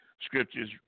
scriptures